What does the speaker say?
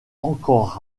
encore